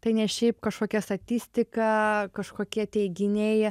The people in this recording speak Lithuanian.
tai ne šiaip kažkokia statistika kažkokie teiginiai